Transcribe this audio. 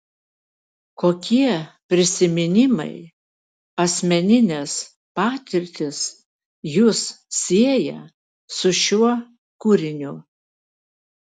kokie prisiminimai asmeninės patirtys jus sieja su šiuo kūriniu